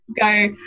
go